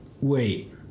wait